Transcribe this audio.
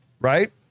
right